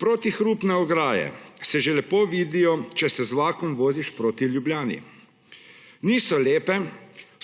Protihrupne ograje se že lepo vidijo, če se z vlakom voziš proti Ljubljani. Niso lepe,